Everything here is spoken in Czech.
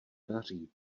daří